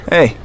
Hey